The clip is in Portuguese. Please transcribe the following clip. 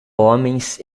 homens